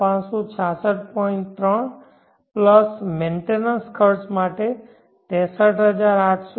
3 plus maintenance ખર્ચ માટે 63851